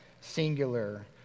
singular